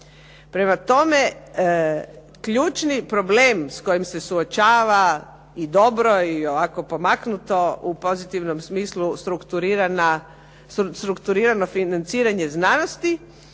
Prema tome, ključni problem s kojim se suočava i dobro je i ovako pomaknuto u pozitivnom smislu strukturirano financiranje znanosti